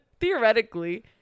theoretically